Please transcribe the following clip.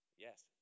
Yes